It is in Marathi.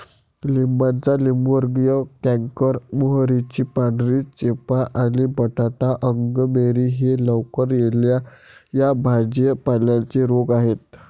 लिंबाचा लिंबूवर्गीय कॅन्कर, मोहरीची पांढरी चेपा आणि बटाटा अंगमेरी हे लवकर येणा या भाजी पाल्यांचे रोग आहेत